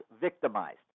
victimized